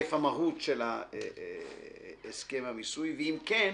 ראשית, המהות של הסכם המיסוי, ואם כן,